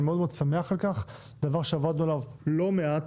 אני מאוד מאוד שמח על כך, דבר שעבדנו עליו לא מעט.